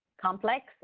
complex